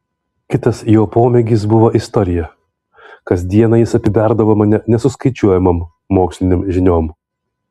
kitas jo pomėgis buvo istorija kasdieną jis apiberdavo mane nesuskaičiuojamom mokslinėm žiniom